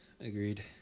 Agreed